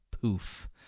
poof